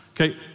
Okay